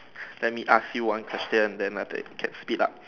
let me ask you one question then I take get speed up